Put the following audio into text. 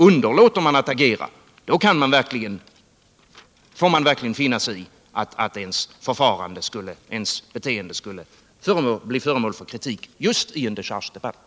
Underlåter man att agera får man verkligen finns sig i att ens beteende blir föremål för kritik just i en dechargedebatt.